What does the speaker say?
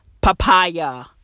papaya